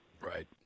Right